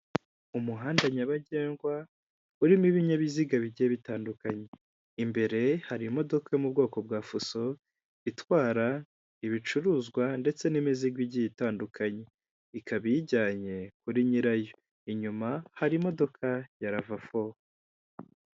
Umuhanda nyabagendwa urimo ibinyabiziga bigiye bitandukanye imbere hari imodoka yo mu bwoko bwa fuso itwara ibicuruzwa ndetse n'imizigo igiye itandukanye ikaba iyijyanye kuri nyirayo inyuma hari imodoka ya RAVA 4